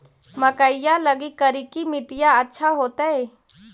मकईया लगी करिकी मिट्टियां अच्छा होतई